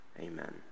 Amen